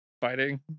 fighting